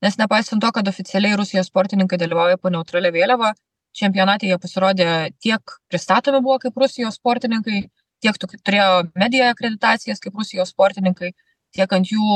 nes nepaisant to kad oficialiai rusijos sportininkai dalyvauja po neutralia vėliava čempionate jie pasirodė tiek pristatomi buvo kaip rusijos sportininkai tiek turėjo mediją akreditacijas kaip rusijos sportininkai tiek ant jų